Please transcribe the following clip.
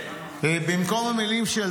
במקום המילים "של ממש"